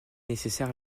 nécessaire